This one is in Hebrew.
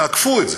שעקפו את זה.